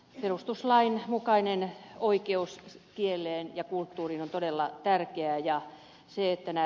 perustuslain mukainen oikeus kieleen ja kulttuuriin on todella tärkeä